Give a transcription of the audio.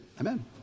Amen